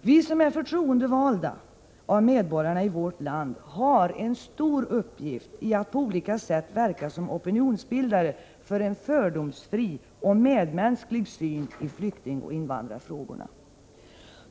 Vi som är förtroendevalda av medborgarna i vårt land har en stor uppgift i att på olika sätt verka som opinionsbildare för en fördomsfri och medmänsklig syn i flyktingoch invandrarfrågorna.